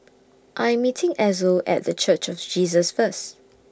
I'm meeting Ezell At The Church of Jesus First